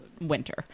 winter